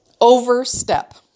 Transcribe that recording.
Overstep